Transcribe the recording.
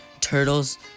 turtles